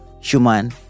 human